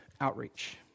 outreach